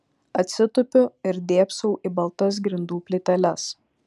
atsitupiu ir dėbsau į baltas grindų plyteles